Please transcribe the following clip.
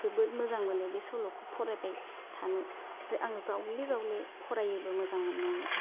जोबोद मोजां मोनो बे सल'खौ फरायबाय थानो आरो आं जावले जावले फरायोबो मोजां मोननानै